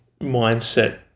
mindset